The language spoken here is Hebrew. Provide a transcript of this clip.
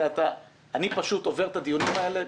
אני פשוט עובר את הדיונים האלה,